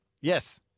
Yes